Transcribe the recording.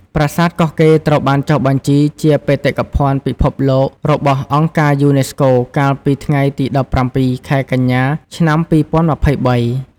ប្រាសាទកោះកេរ្តិ៍ត្រូវបានចុះបញ្ជីជា បេតិកភណ្ឌពិភពលោករបស់អង្គការយូណេស្កូ កាលពីថ្ងៃទី ១៧ ខែកញ្ញា ឆ្នាំ២០២៣។